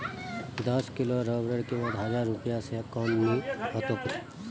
दस किलो रबरेर कीमत हजार रूपए स कम नी ह तोक